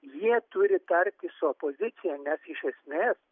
jie turi tartis su opozicija nes iš esmės